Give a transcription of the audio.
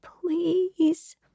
Please